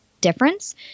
difference